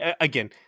Again